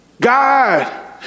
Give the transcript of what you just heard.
God